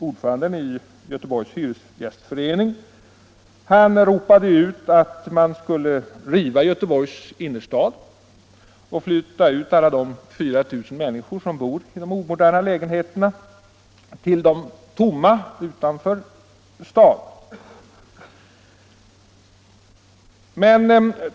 ordföranden i Göteborgs hyresgästförening ropade ut att man skulle riva husen med de omoderna lägenheterna i Göteborgs innerstad och flytta ut de 4 000 människor som bor i där till de tomma lägenheterna utanför staden.